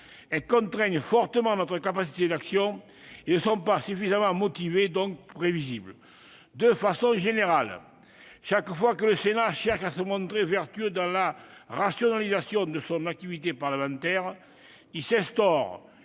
Elles contraignent fortement notre capacité d'action et ne sont pas suffisamment motivées, donc prévisibles. De façon générale, chaque fois que le Sénat cherche à se montrer vertueux dans la rationalisation de son activité parlementaire, il s'instaure